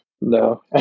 No